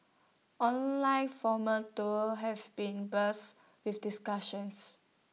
online formal too have been buzz with discussions